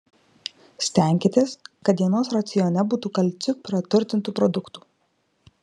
stenkitės kad dienos racione būtų kalciu praturtintų produktų